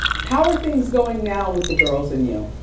how are things going now with the girls and you?